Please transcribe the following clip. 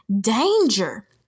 danger